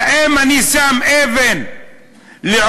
האם אני שם אבן לעוד